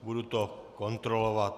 Budu to kontrolovat.